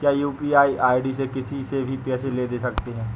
क्या UPI ID से किसी से भी पैसे ले दे सकते हैं?